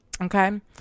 Okay